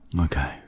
Okay